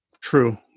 True